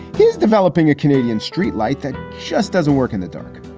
he's developing a canadian street light that just doesn't work in the dark.